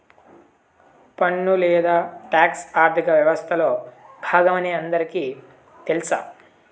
పన్ను లేదా టాక్స్ ఆర్థిక వ్యవస్తలో బాగమని అందరికీ తెల్స